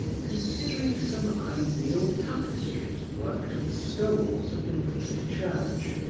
considering some ideal tapestries worked with stoles of the greek church,